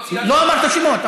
לא אמרת שמות,